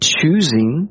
Choosing